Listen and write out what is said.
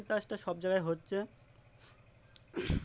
চাষ টা সব জায়গায় হচ্ছে